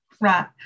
right